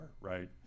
right